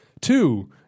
Two